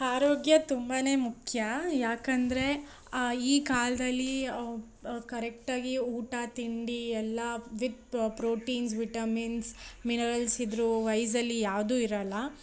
ಆರೋಗ್ಯ ತುಂಬಾ ಮುಖ್ಯ ಯಾಕಂದರೆ ಈ ಕಾಲ್ದಲ್ಲಿ ಕರೆಕ್ಟ್ ಆಗಿ ಊಟ ತಿಂಡಿ ಎಲ್ಲ ವಿಥ್ ಪ್ರೋಟೀನ್ಸ್ ವಿಟಮಿನ್ಸ್ ಮಿನರಲ್ಸ್ ಇದ್ದರೂ ವೈಸಲ್ಲಿ ಯಾವುದೂ ಇರೋಲ್ಲ